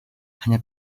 hanya